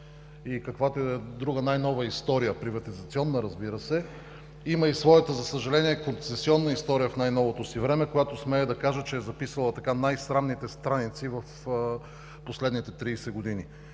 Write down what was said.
каквато и да е друга най-нова история – приватизационна, разбира се, има и своята, за съжаление, концесионна история в най-новото си време, когато, смея да кажа, че е записала най-срамните страници в последните 30 години.